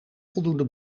voldoende